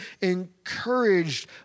encouraged